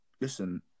listen